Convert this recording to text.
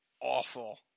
awful